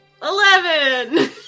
Eleven